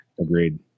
agreed